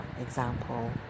Example